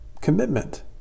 commitment